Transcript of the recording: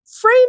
frame